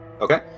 Okay